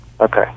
Okay